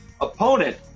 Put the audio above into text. opponent